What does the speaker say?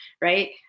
right